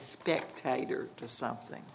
spectator to something